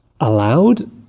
allowed